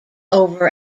over